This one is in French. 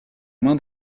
main